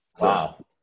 wow